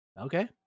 Okay